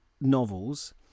novels